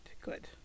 good